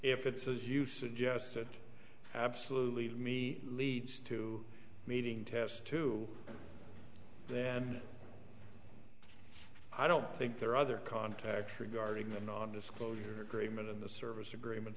if it's as you suggested absolutely me leads to meeting yes to then i don't think there are other contacts regarding that nondisclosure agreement and the service agreement